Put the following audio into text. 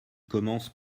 commence